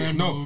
no